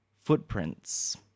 footprints